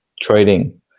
trading